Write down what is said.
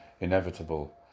inevitable